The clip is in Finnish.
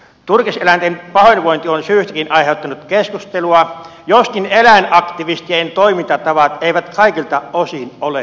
turkiseläinten pahoinvointi on syystäkin aiheuttanut keskustelua joskin eläinaktivistien toimintatavat eivät kaikilta osin ole hyväksyttäviä